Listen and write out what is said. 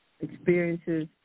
experiences